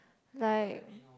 like